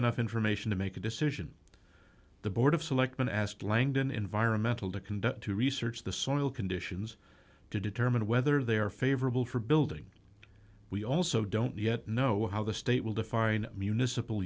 enough information to make a decision the board of selectmen asked langdon environmental to conduct to research the soil conditions to determine whether they are favorable for building we also don't yet know how the state will define municipal